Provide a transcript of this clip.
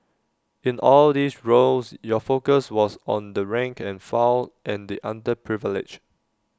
in all these roles your focus was on the rank and file and the underprivileged